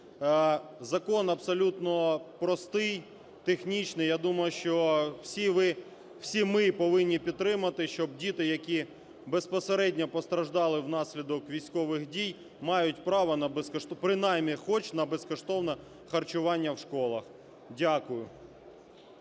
Закон абсолютно простий, технічний, я думаю, що всі ви, всі ми повинні підтримати, щоб діти, які безпосередньо постраждали внаслідок військових дій, мають право на безкоштовне, принаймні хоч на безкоштовне харчування в школах. Дякую.